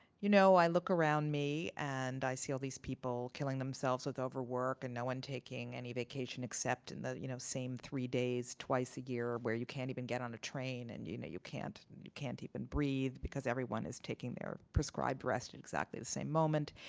you know, i look around me. and i see all these people killing themselves with overwork. and no one taking any vacation, except in the you know same three days twice a year, where you can even get on a train. and you know you can't can't even breathe. because everyone is taking their prescribed rest at exactly the same moment.